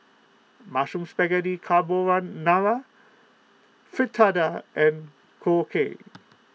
Mushroom Spaghetti Carbonara Fritada and Korokke